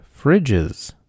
fridges